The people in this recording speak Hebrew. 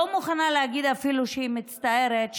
היא לא מוכנה להגיד אפילו שהיא מצטערת,